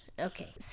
Okay